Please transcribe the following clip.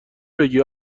بگی